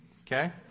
Okay